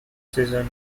season